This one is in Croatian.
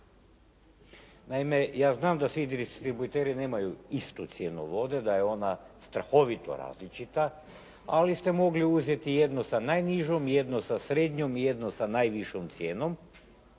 Naime, ja znam da svi distributeri nemaju istu cijenu vode, da je ona strahovito različita. Ali ste mogli uzeti jednu sa najnižom, jednu sa srednjom i jednu sa najvišom cijenom